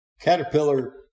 Caterpillar